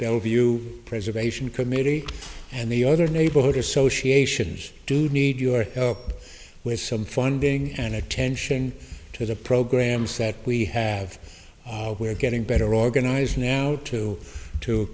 bellevue preservation committee and the other neighborhood associations do need your help with some funding and attention to the programs that we have we're getting better organized now to to